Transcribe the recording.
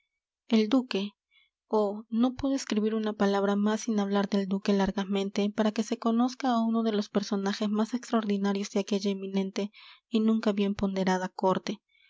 el duque oh no puedo escribir una palabra más sin hablar del duque largamente para que se conozca a uno de los personajes más extraordinarios de aquella eminente y nunca bien ponderada corte